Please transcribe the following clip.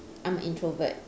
I'm an introvert